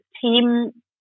team